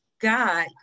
God